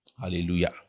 Hallelujah